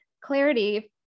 clarity